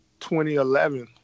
2011